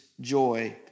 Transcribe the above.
joy